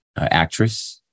actress